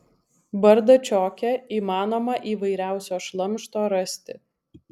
bardačioke įmanoma įvairiausio šlamšto rasti